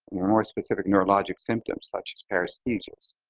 more specific neurologic symptoms such as paresthesias.